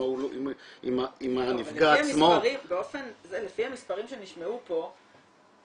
אם הנפגע עצמו --- לפי המספרים שנשמעו פה,